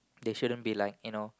they shouldn't be like you know